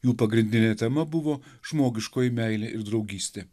jų pagrindinė tema buvo žmogiškoji meilė ir draugystė